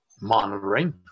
monitoring